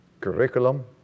curriculum